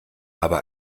aber